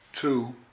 two